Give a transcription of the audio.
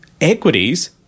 equities